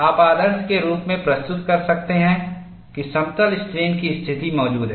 आप आदर्श के रूप में प्रस्तुत कर सकते हैं कि समतल स्ट्रेन की स्थिति मौजूद है